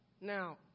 Now